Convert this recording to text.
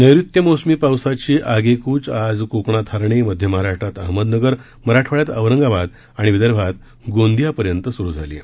नैऋत्य मोसमी पावसाची आगेकूच आज कोकणात हर्णे मध्य महाराष्ट्रात अहमदनगर मराठवाड्यात औरंगाबाद आणि विदर्भात गोंदियापर्यंत सुरू झाली आहे